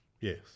yes